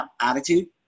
attitude